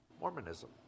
Mormonism